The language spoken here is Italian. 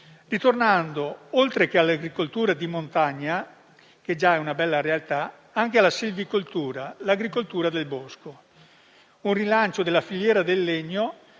ritornando, oltre che all'agricoltura di montagna, che già è una bella realtà, alla silvicoltura, l'agricoltura del bosco, con un rilancio della filiera del legno